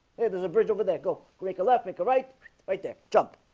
hey. there's a bridge over there. go break a left make a right right there jump